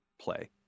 play